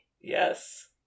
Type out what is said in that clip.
Yes